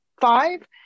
five